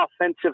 offensive